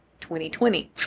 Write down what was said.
2020